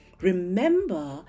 Remember